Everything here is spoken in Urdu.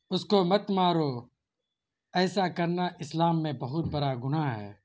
اس کو مت مارو ایسا کرنا اسلام میں بہت بڑا گناہ ہے